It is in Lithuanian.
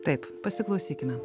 taip pasiklausykime